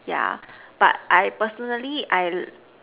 yeah but I personally I